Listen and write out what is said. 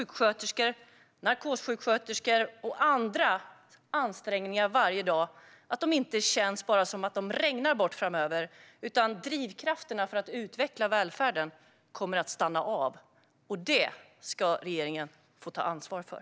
Det kommer inte bara att kännas som att de ansträngningar som lärare, sjuksköterskor, narkossjuksköterskor och andra gör varje dag regnar bort framöver, utan drivkrafterna för att utveckla välfärden kommer att stanna av. Och det ska regeringen få ta ansvar för.